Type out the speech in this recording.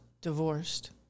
divorced